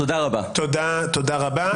תודה רבה.